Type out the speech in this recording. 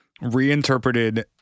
reinterpreted